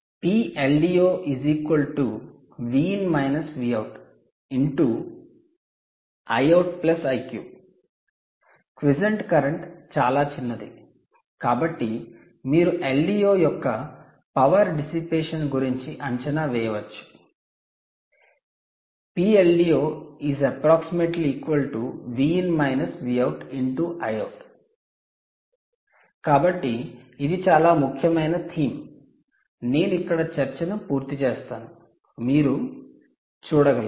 PLDO × Iout Iq quiescent current quiescent currentచాలా చిన్నది కాబట్టి మీరు ఎల్డిఓ యొక్క పవర్ డిసిపేషన్ గురించి అంచనా వేయవచ్చు PLDO ≈× కాబట్టి ఇది చాలా ముఖ్యమైన థీమ్ నేను ఇక్కడ చర్చను పూర్తి చేసాను మీరు చూడగలరు